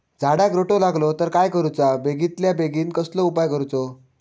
झाडाक रोटो लागलो तर काय करुचा बेगितल्या बेगीन कसलो उपाय करूचो?